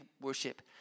worship